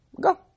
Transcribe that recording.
go